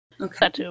okay